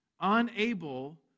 unable